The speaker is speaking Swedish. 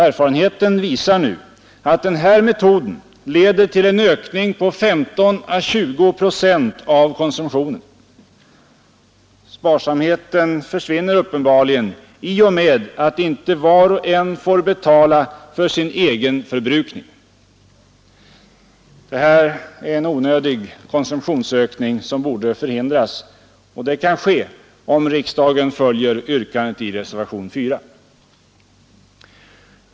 Erfarenheten visar nu att den här metoden lett till en ökning av konsumtionen med 15 å 20 procent. Sparsamheten försvinner uppenbarligen i och med att inte var och en får betala för sin egen förbrukning. Det här är en onödig konsumtionsökning, som borde förhindras. Det kan ske om riksdagen följer yrkandet i reservationen 4.